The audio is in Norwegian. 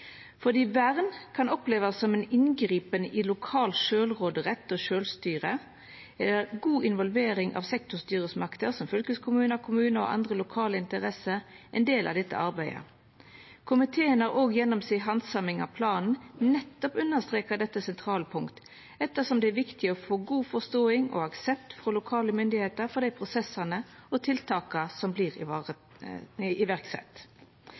Fordi vern kan opplevast som eit inngrep i lokal sjølvråderett og sjølvstyre, er god involvering av sektorstyresmakter – som fylkeskommunar, kommunar og andre lokale interesser – ein del av dette arbeidet. Komiteen har også gjennom si handsaming av planen nettopp understreka dette sentrale punktet, ettersom det er viktig å få god forståing og aksept frå lokale myndigheiter for dei prosessane og tiltaka som vert sette i